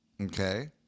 Okay